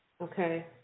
okay